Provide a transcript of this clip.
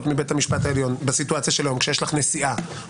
מבית המשפט העליון - זה כשיש לך נשיאה.